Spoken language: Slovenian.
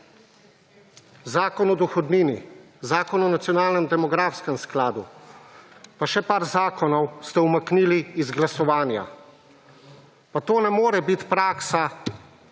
Zakon o dohodnini, Zakon o nacionalnem demografskem skladu pa še par zakonov ste umaknili iz glasovanja. Pa to ne more biti praksa